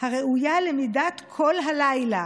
הראויה למידת כל הלילה.